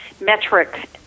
metric